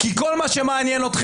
אבל מה שקורה היום